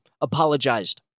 apologized